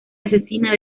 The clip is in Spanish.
asesina